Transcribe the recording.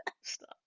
Stop